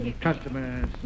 Customers